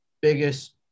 biggest